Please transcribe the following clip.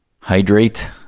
hydrate